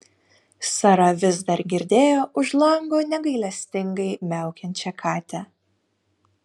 sara vis dar girdėjo už lango negailestingai miaukiančią katę